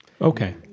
Okay